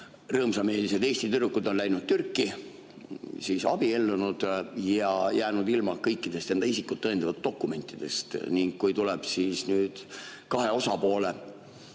rõõmsameelsed Eesti tüdrukud on läinud Türki, abiellunud ja jäänud ilma kõikidest isikut tõendavatest dokumentidest. Kui tuleb nüüd kahe osapoole